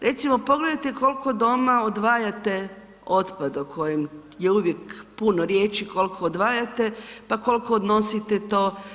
Recimo pogledajte koliko doma odvajate otpad o kojem je uvijek puno riječi, koliko odvajate, pa koliko odnosite to.